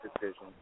decision